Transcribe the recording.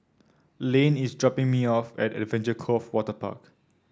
Lane is dropping me off at Adventure Cove Waterpark